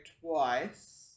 twice